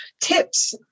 tips